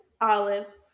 olives